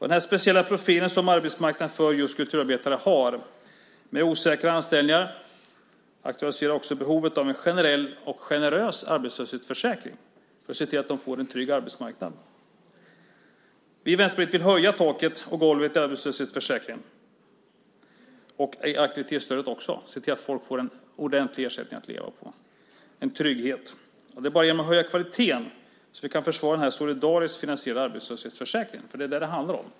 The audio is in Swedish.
Den speciella profil som arbetsmarknaden för kulturarbetare har med osäkra anställningar aktualiserar också behovet av en generell och generös arbetslöshetsförsäkring för att se till att de får en trygg arbetsmarknad. Vi i Vänsterpartiet vill höja taket och golvet i arbetslöshetsförsäkringen och också i aktivitetsstödet och se till att människor får en ordentlig ersättning att leva på och en trygghet. Det är bara genom att höja kvaliteten som vi kan försvara den solidariskt finansierade arbetslöshetsförsäkringen. Det är vad det handlar om.